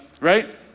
right